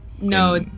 No